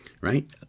right